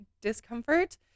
discomfort